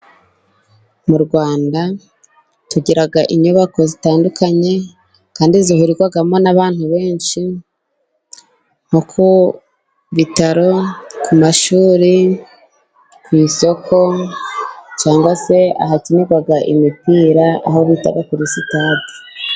Mu Rwanda tugira inyubako zitandukanye, kandi zahurirwamo n' abantu benshi nko: ku bitaro, ku mashuri, ku isoko cyangwa se ahakinirwa imipira, aho bita kuri sitade.